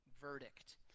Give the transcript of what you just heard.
verdict